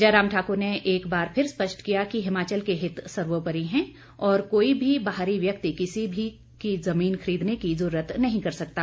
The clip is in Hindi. जयराम ठाकुर ने एक बार फिर स्पष्ट किया कि हिमाचल के हित सर्वोपरि हैं और कोई भी बाहरी व्यक्ति किसी की जमीन खरीदने की जुर्रत नहीं कर सकता